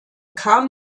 kam